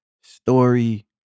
story